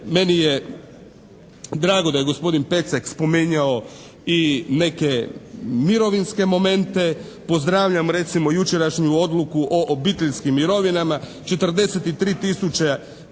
meni je drago da je gospodin Pecek spomenuo i neke mirovinske momente. Pozdravljam recimo jučerašnju odluku o obiteljskim mirovinama. 43 tisuće